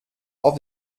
auf